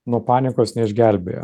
nuo paniekos neišgelbėja